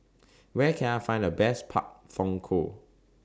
Where Can I Find The Best Pak Thong Ko